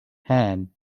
hand